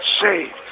saved